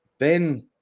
Ben